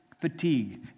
Fatigue